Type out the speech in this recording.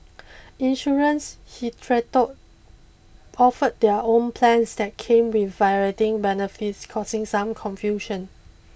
insurance hitherto offered their own plans that came with varying benefits causing some confusion